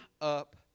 up